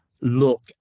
look